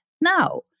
Now